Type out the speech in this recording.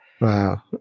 Wow